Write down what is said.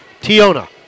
Tiona